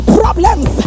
problems